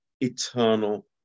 eternal